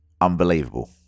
unbelievable